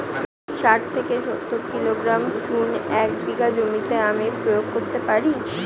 শাঠ থেকে সত্তর কিলোগ্রাম চুন এক বিঘা জমিতে আমি প্রয়োগ করতে পারি?